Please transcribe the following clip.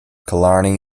killarney